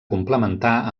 complementar